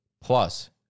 plus